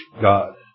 god